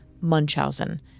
Munchausen